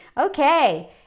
Okay